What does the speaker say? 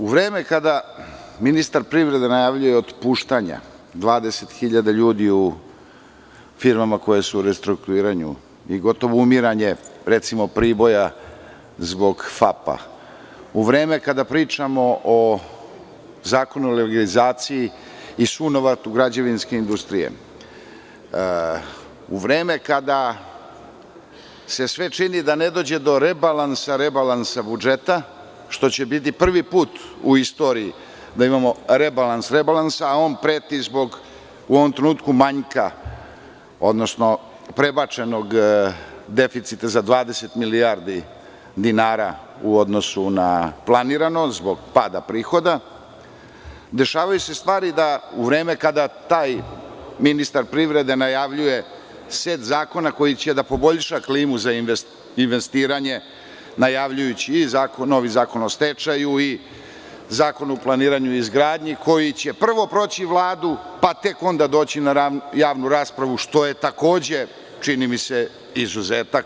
U vreme kada ministar privrede najavljuje otpuštanje 20.000 ljudi u firmama koje su u restrukturiranju, gotovo umiranje, recimo, Priboja zbog FAP-a, u vreme kada pričamo o Zakonu o legalizaciji i sunovratu građevinske industrije, u vreme kada se sve čini da ne dođe do rebalansa rebalansa budžeta, što će biti prvi put u istoriji da imamo rebalans rebalansa, a on preti zbog, u ovom trenutku, manjka odnosno prebačenog deficita za 20 milijardi dinara u odnosu na planirano, zbog pada prihoda, dešavaju se stvari da taj ministar privrede najavljuje set zakona koji će da poboljša klimu za investiranje, najavljujući i novi zakon o stečaju i zakon o planiranju i izgradnji, koji će prvo proći Vladu, pa tek onda doći na javnu raspravu, što je takođe, čini mi se izuzetak.